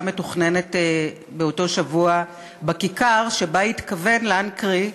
מתוכננת באותו שבוע בכיכר שבה התכוון לנקרי,